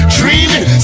dreaming